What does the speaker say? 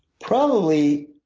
probably